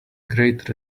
great